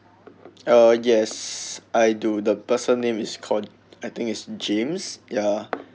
uh yes I do the person name is called I think it's james ya